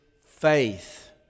faith